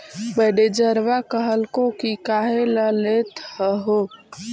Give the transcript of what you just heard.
मैनेजरवा कहलको कि काहेला लेथ हहो?